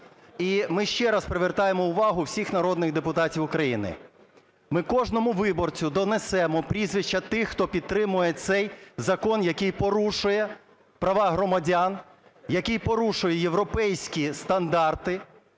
І ми ще раз привертаємо увагу всіх народних депутатів України. Ми кожному виборцю донесемо прізвища тих, хто підтримує цей закон, який порушує права громадян, який порушує європейські стандарти.